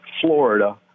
Florida